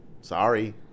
sorry